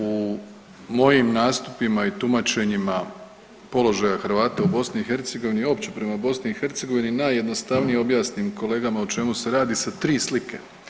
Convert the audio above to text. U mojim nastupima i tumačenjima položaja Hrvata u BiH i uopće prema BiH najjednostavnije objasnim kolegama o čemu se radi sa tri slike.